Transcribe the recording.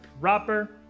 proper